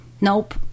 nope